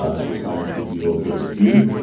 ah so science would be located here.